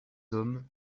hommes